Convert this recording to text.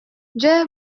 дьэ